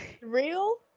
Real